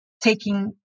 taking